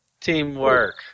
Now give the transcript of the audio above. Teamwork